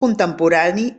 contemporani